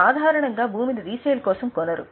సాధారణంగా భూమి ని రీసేల్ కోసం కొనరు